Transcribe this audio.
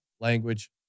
language